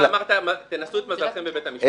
אתה אמרת: תנסו את מזלכם בבית המשפט.